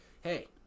hey –